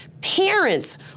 parents